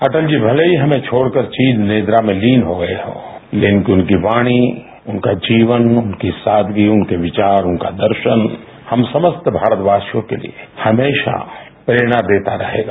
अटल जी भले ही हमें छोड़कर चिरनिद्रा में लीन हो गये हो लेकिन उनकी वाणी उनका जीवन उनकी सादगी उनके विचार उनका दर्शन हम समस्त भारतवासियों के लिए हमेशा प्रेरणा देता रहेगा